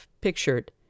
pictured